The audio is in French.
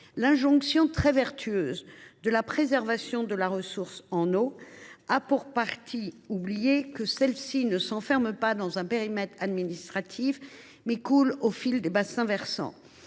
L’injonction très vertueuse de la préservation de la ressource en eau a, pour partie, oublié que celle ci ne s’enferme pas dans un périmètre administratif, mais qu’elle coule au fil des bassins versants.